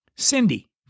Cindy